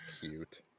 cute